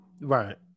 Right